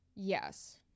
yes